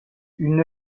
une